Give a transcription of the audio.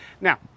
Now